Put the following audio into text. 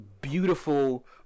beautiful